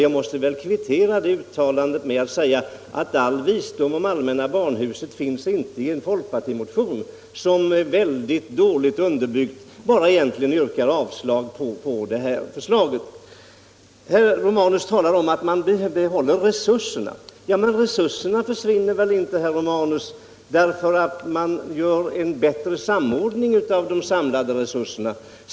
Jag måste väl kvittera det uttalandet med att säga att all visdom om allmänna barnhuset inte heller finns i en folkpartimotion, som dessutom är väldigt dåligt underbyggd och egentligen bara yrkar avslag på det här förslaget. Herr Romanus talar om att man behöver behålla resurserna, men resurserna försvinner väl inte därför att man gör en bättre samordning av de samlade resurserna!